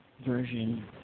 version